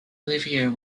olivier